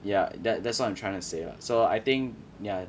ya that that's what I'm trying to say lah so I think ya